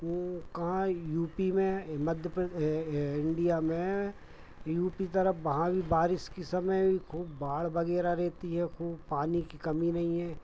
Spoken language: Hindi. वो कहाँ यू पी में मध्य प्र है इंडिया में यू पी तरफ भारी बारिश की समय ख़ूब बाढ़ वग़ैरह रहती है ख़ूब पानी की कमी नहीं हैं